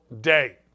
day